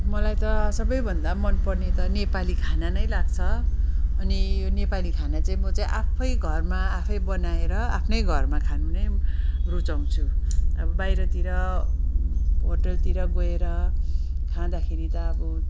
मलाई त सबैभन्दा मनपर्ने त नेपाली खाना नै लाग्छ अनि यो नेपाली खाना चाहिँ म चाहिँ आफै घरमा आफै बनाएर आफ्नै घरमा खानु नै रुचाउँछु अब बाहिरतिर होटलतिर गएर खाँदाखेरि त अब